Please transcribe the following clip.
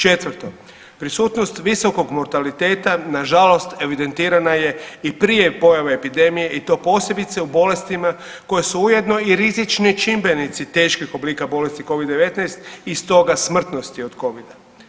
Četvrto, prisutnost visokog mortaliteta nažalost evidentirana je i prije pojave epidemije i to posebice u bolestima koje su ujedno i rizični čimbenici teških oblika bolesti covid-19 i stoga smrtnosti od covida.